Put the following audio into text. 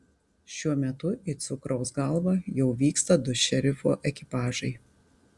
šiuo metu į cukraus galvą jau vyksta du šerifo ekipažai